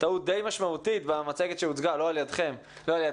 טעות די משמעות במצגת שהוצגה לא על ידך אבל